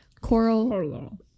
Coral